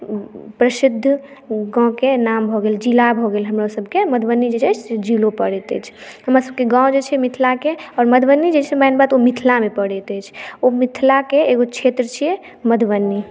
प्रसिद्ध गाँवके नाम भऽ गेल जिला भऽ गेल हमर सबकेँ मधुबनी जे छै से जिलो पड़ैत अछि हमर सबकेँ गाँव जे छै मिथिलाके आओर मधुबनी जे मेन बात छै ओ मिथिलामे पड़ैत अछि ओ मिथिलाकेँ एगो क्षेत्र छियै मधुबनी